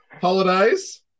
Holidays